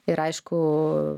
ir aišku